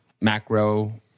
macro